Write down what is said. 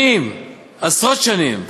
שנים, עשרות שנים,